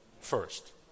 first